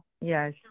Yes